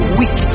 weak